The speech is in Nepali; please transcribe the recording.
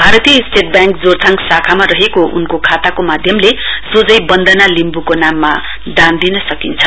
भारतीय स्टेट ब्याङ्क जोरथाङ शाखामा रहेको उनको खाताको माध्यमले सोझै बन्दना लिम्बूको नाममा दान दिन सकिन्छ